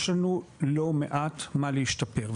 יש לנו לא מעט מה להשתפר.